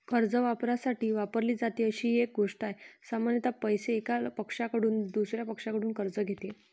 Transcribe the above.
कर्ज वापरण्यासाठी वापरली जाते अशी एक गोष्ट आहे, सामान्यत पैसे, एका पक्षाकडून दुसर्या पक्षाकडून कर्ज घेते